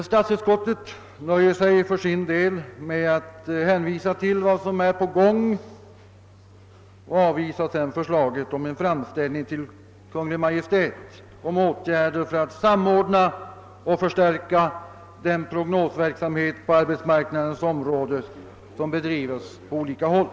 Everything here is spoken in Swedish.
Statsutskottet nöjer sig för sin del med att hänvisa till vad som är på gång, och utskottet avstyrker sedan förslaget om en framställning till Kungl. Maj:t angående åtgärder för att samordna och förstärka den prognosverksamhet på arbetsmarknadens område som bedrivs på olika håll.